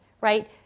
right